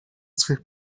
swych